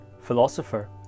philosopher